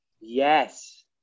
yes